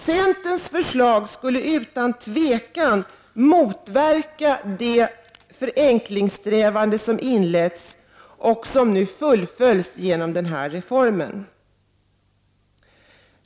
Centerns förslag skulle utan tvivel motverka de förenklingssträvanden som inletts och som nu fullföljs genom skattereformen.